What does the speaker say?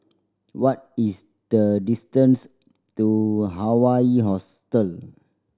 what is the distance to Hawaii Hostel